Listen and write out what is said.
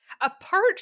apart